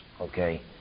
okay